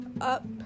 up